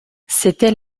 c’était